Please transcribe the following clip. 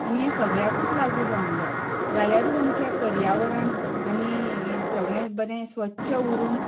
आनी हें सगळ्यांकूच लागू जावंक जाय जाल्यारूच आमचें पर्यावरण आनी सगळें बरें स्वच्छ उरून